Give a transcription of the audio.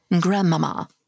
Grandmama